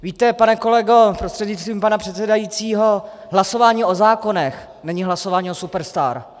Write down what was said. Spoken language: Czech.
Víte, pane kolego prostřednictvím pana předsedajícího, hlasování o zákonech není hlasování o superstar.